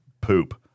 poop